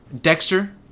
Dexter